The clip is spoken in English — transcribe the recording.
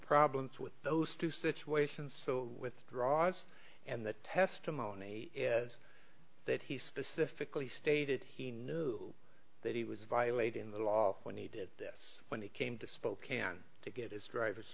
problems with those two situations so withdraws and the testimony is that he specifically stated he knew that he was violating the law when he did this when he came to spokane to get his driver's